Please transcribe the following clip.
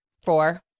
Four